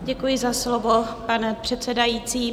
Děkuji za slovo, pane předsedající.